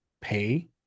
pay